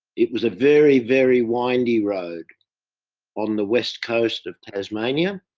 it was a very, very, windy road on the west coast of tasmania.